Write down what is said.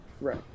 Right